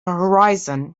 horizon